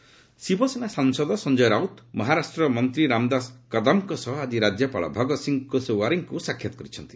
Raut governor Shiv Sena ସାଂସଦ ସଂଜୟ ରାଉତ ମହାରାଷ୍ଟ୍ରରର ମନ୍ତ୍ରୀ ରାମଦାଶ କଦମ୍ଙ୍କ ସହ ଆଜି ରାଜ୍ୟପାଳ ଭଗତସିଂହ କୋଶୱାରୀଙ୍କୁ ସାକ୍ଷାତ କରିଛନ୍ତି